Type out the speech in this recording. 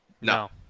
No